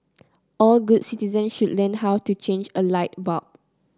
all good citizens should learn how to change a light bulb